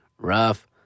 rough